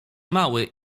mały